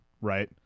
Right